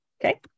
Okay